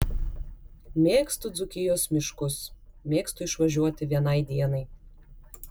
mėgstu dzūkijos miškus mėgstu išvažiuoti vienai dienai